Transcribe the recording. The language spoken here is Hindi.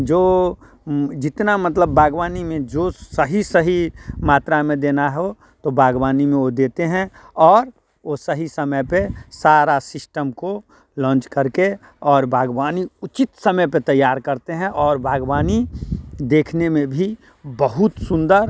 जो जितना मतलब बागवानी में जो सही सही मात्रा में देना हो तो बागवानी में वो देते हैं और वो सही समय पे सारा सिस्टम को लांच करके और बागवानी उचित समय पे तैयार करते हैं और बागवानी देखने में भी बहुत सुंदर